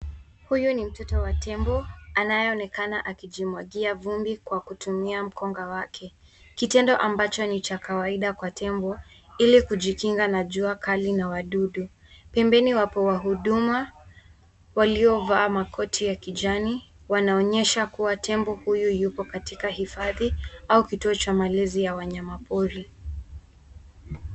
Huyu ni mtoto wa tembo anayeonekana akijimwagia vumbi kwa kutumia mkonga wake, kitendo ambacho ni cha kawaida kwa tembo ili kujikinga na jua kali na wadudu. Pembeni wapo wahudumu waliovaa makoti ya kijani. Wanaonyesha kuwa tembo huyu yuko katika hifadhi au kituo cha malezi ya wanyamapori.